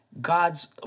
God's